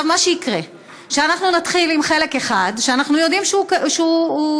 מה שיקרה הוא שאנחנו נתחיל עם חלק אחד שאנחנו יודעים שהוא מזוהם,